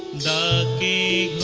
da da